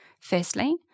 Firstly